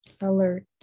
alert